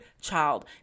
child